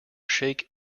shake